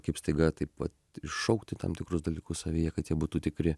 kaip staiga taip vat iššaukti tam tikrus dalykus savyje kad jie būtų tikri